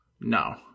No